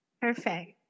Perfect